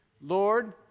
Lord